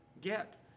get